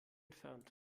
entfernt